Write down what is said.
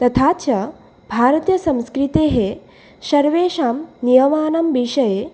तथा च भारतीयसंस्कृतेः सर्वेषां नियमानं विषये